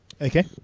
Okay